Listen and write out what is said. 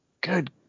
Good